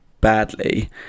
badly